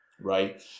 right